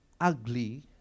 ugly